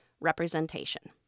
representation